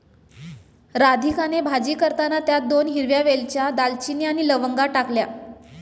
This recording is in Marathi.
राधिकाने भाजी करताना त्यात दोन हिरव्या वेलच्या, दालचिनी आणि लवंगा टाकल्या